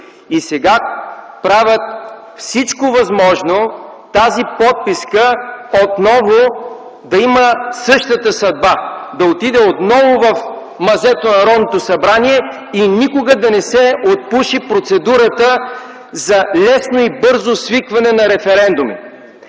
И сега те правят всичко възможно тази подписка отново да има същата съдба – да отиде отново в мазето на Народното събрание, и никога да не се отпуши процедурата за лесно и бързо свикване на референдуми.